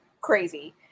crazy